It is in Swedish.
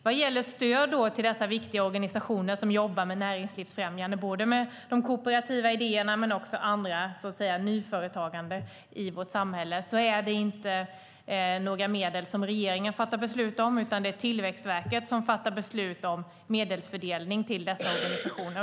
Vad gäller stöd till dessa viktiga organisationer som jobbar med näringslivsfrämjande, både med de kooperativa idéerna och med annat nyföretagande i vårt samhälle, är det inte några medel som regeringen fattar beslut om, utan det är Tillväxtverket som fattar beslut om medelsfördelning till dessa organisationer.